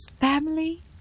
family